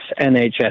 NHS